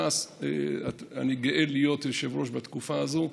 אני גאה להיות יושב-ראש ש"ס בתקופה הזו,